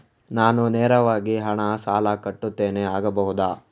ನಾನು ನೇರವಾಗಿ ಹಣ ಸಾಲ ಕಟ್ಟುತ್ತೇನೆ ಆಗಬಹುದ?